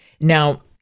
Now